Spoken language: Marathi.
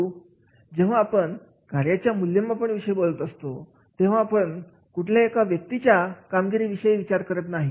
परंतु जेव्हा आपण कार्याच्या मूल्यमापन विषय बोलत असतो तेव्हा आपण कुठल्या एका व्यक्तीच्या कामगिरीविषयी विचार करत नाही